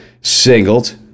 singled